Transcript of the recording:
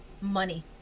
money